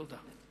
תודה.